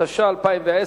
התש"ע 2010,